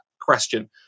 question